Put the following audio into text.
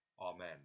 Amen